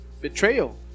betrayal